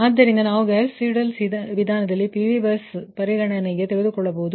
ಆದ್ದರಿಂದ ನಾವು Gauss Seidel ವಿಧಾನದಲ್ಲಿ PV ಬಸ್ ಪರಿಗಣನೆಗೆ ತೆಗೆದುಕೊಳ್ಳಬಹುದು